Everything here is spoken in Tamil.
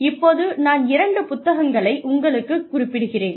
இப்போது நான் இரண்டு புத்தகங்களை உங்களுக்கு குறிப்பிடுகிறேன்